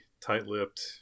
tight-lipped